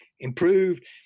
improved